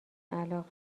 علاقه